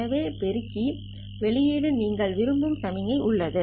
எனவே பெருக்கி வெளியீடு ல் நீங்கள் விரும்பும் சமிக்ஞை உள்ளது